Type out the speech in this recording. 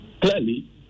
Clearly